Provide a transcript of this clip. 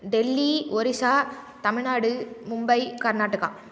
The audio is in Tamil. டெல்லி ஒரிசா தமிழ்நாடு மும்பை கர்நாடகா